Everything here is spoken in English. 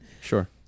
Sure